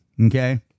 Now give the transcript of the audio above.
Okay